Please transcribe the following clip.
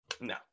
No